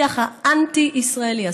השיח האנטי-ישראלי,